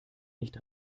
nicht